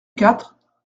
quatre